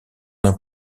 d’un